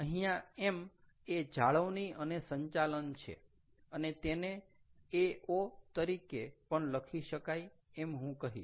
અહીંયા M એ જાળવણી અને સંચાલન છે અને તેને AO તરીકે પણ લખી શકાય એમ હું કહીશ